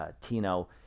Tino